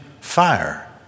fire